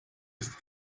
ist